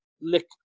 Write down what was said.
lick